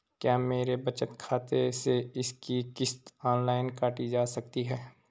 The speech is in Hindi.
क्या मेरे बचत खाते से इसकी किश्त ऑनलाइन काटी जा सकती है?